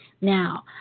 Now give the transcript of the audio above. Now